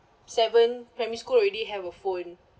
seven primary school already have a phone